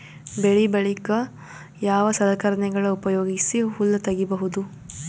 ಬೆಳಿ ಬಳಿಕ ಯಾವ ಸಲಕರಣೆಗಳ ಉಪಯೋಗಿಸಿ ಹುಲ್ಲ ತಗಿಬಹುದು?